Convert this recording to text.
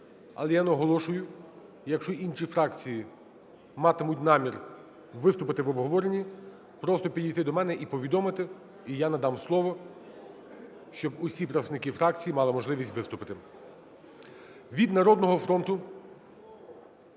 Але я наголошую, якщо інші фракції матимуть намір виступити в обговоренні, просто підійти до мене і повідомити. І я надам слово, щоб усі представники фракцій мали можливість виступити. Від "Народного фронту",